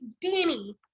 Danny